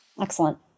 Excellent